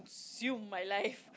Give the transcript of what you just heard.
my life